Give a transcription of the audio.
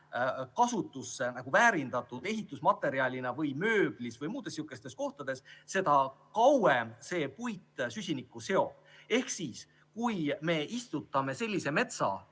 kasutusse väärindatud ehitusmaterjalina või mööblina või muudes sellistes kohtades, seda kauem see puit süsinikku seob. Ehk siis, kui me istutame sellise metsa,